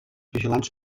vigilants